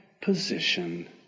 position